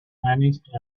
vanished